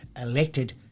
elected